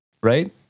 Right